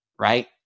Right